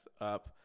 up